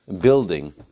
building